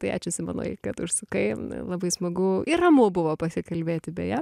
tai ačiū simonai kad užsukai labai smagu ir ramu buvo pasikalbėti beje